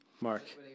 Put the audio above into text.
Mark